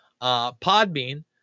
Podbean